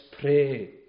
pray